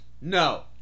no